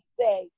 say